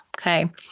Okay